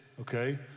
okay